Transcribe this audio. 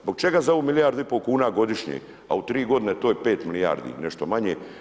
Zbog čega za ovo milijardu i pol kuna godišnje, a u tri godine to je 5 milijardi, nešto manje.